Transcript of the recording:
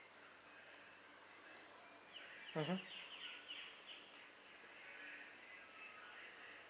mmhmm